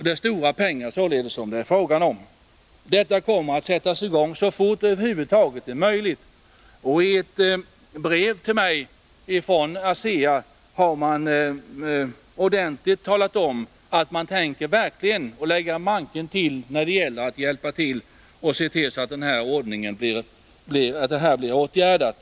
Det är således fråga om stora pengar. Detta arbete kommer att sättas i gång så snart det över huvud taget är möjligt. ASEA har dessutom i ett brev till mig klart utsagt att man verkligen tänker lägga manken till för att detta skall bli åtgärdat.